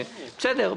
בסדר,